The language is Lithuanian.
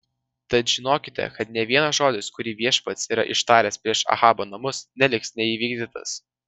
tad žinokite kad nė vienas žodis kurį viešpats yra ištaręs prieš ahabo namus neliks neįvykdytas